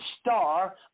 star